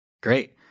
Great